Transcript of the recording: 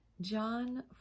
John